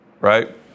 Right